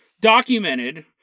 documented